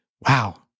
Wow